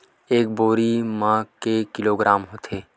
एक बोरी म के किलोग्राम होथे?